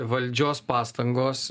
valdžios pastangos